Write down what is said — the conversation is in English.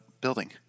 building